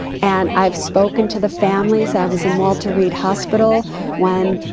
and i've spoken to the families. i was in walter reed hospital when